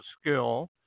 skill